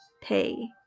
pay